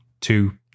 two